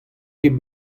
ket